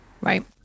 Right